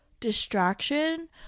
distraction